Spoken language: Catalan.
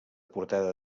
portada